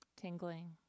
Tingling